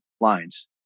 lines